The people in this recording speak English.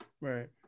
Right